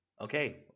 Okay